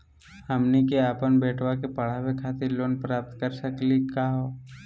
हमनी के अपन बेटवा क पढावे खातिर लोन प्राप्त कर सकली का हो?